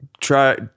Try